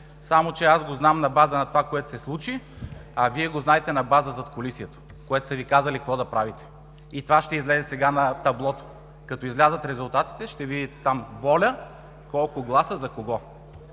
Само че аз го знам на база на това, което се случи, а Вие го знаете на база задкулисието, което Ви е казало какво да правите. Това ще излезе сега на таблото – като излязат резултатите, ще видите там ВОЛЯ колко гласа има и за кого.